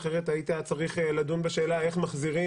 אחרת היית צריך לדון בשאלה איך מחזירים